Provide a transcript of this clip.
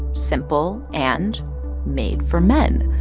simple and made for men.